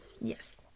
yes